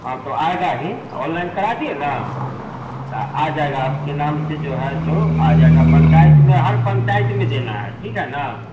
हाँ तो आएगा ही ऑनलाइन करा दिए ना ता आ जाएगा आपके नाम से जो है सो आ जाएगा पंचायत में हर पंचायत में देना है ठीक है ना